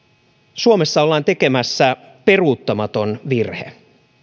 suomessa ollaan tekemässä peruttamaton virhe